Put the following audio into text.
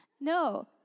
No